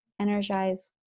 energize